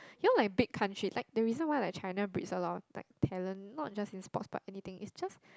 you know like big country like the reason why like China breeds a lot of like talent not just in sport but anything is just